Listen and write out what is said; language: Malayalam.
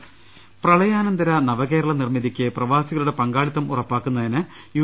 രുടെട്ട്ടറു പ്രളയാനന്തര നവകേരള നിർമ്മിതിക്ക് പ്രവാസികളുടെ പങ്കാളിത്തം ഉറ പ്പാക്കുന്നതിന് യു